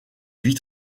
vie